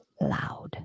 loud